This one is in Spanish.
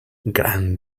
gran